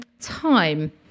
Time